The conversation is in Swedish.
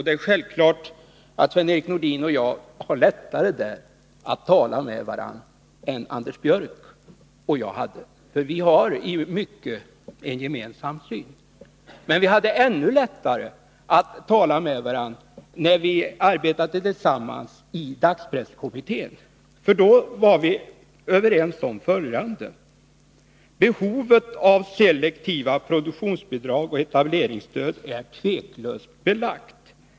Det är självklart att Sven-Erik Nordin och jag i det sammanhanget har lättare att tala med varandra än Anders Björck och jag hade, för vi har i mycket en gemensam syn. Men vi hade ännu lättare att tala med varandra när vi arbetade tillsammans i dagspresskommittén. Då var vi överens om följande: Behovet av selektiva produktionsbidrag och etableringsstöd är otvivelaktigt väl belagt.